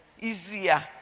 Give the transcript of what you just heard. easier